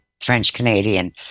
French-Canadian